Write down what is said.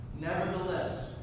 nevertheless